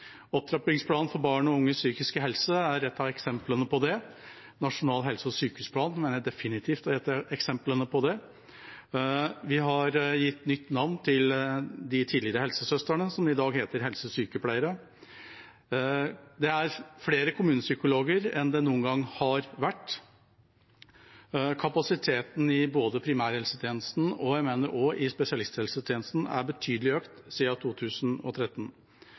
Opptrappingsplanen for barn og unges psykiske helse er ett av eksemplene på det. Nasjonal helse- og sykehusplan er definitivt et eksempel på det. Vi har gitt nytt navn til de tidligere helsesøstrene, som i dag heter helsesykepleiere. Det er flere kommunepsykologer enn det noen gang har vært. Kapasiteten både i primærhelsetjenesten og jeg mener også i spesialisthelsetjenesten er betydelig økt siden 2013.